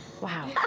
Wow